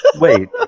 Wait